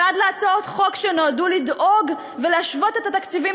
ועד להצעות חוק שנועדו לדאוג ולהשוות את התקציבים